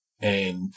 and-